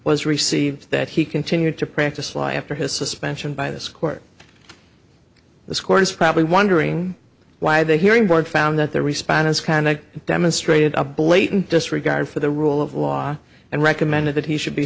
was received that he continued to practice law after his suspension by this court this course probably wondering why the hearing board found that their response kind of demonstrated a blatant disregard for the rule of law and recommended that he should be